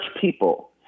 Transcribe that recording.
people